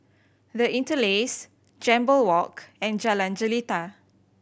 The Interlace Jambol Walk and Jalan Jelita